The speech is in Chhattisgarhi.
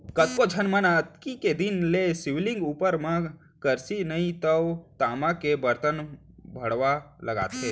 कतको झन मन अक्ती के दिन ले शिवलिंग उपर म करसी नइ तव तामा के बरतन भँड़वा लगाथे